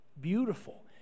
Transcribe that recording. beautiful